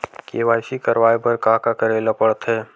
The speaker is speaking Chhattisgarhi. के.वाई.सी करवाय बर का का करे ल पड़थे?